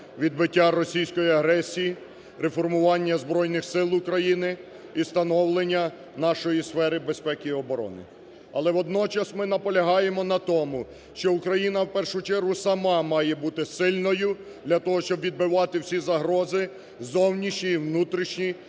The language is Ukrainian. відбиття російської агресії, реформування Збройних Сил України і становлення нашої сфери безпеки і оборони. Але водночас ми наполягаємо на тому, що Україна в першу чергу сама має бути сильною для того, щоб відбивати всі загрози зовнішні і внутрішні,